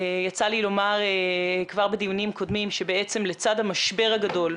יצא לי לומר כבר בדיונים הקודמים שלצד המשבר הגדול,